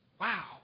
Wow